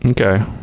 Okay